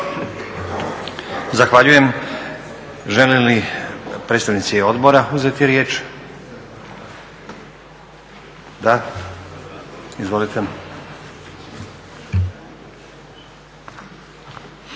Zahvaljujem. Žele li predstavnici odbora uzeti riječ? Da. Izvolite.